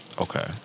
Okay